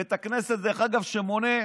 בית כנסת שמונה כ-400,